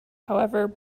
however